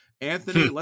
Anthony